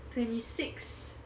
twenty six